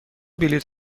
بلیط